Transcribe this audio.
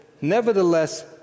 Nevertheless